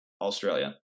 Australia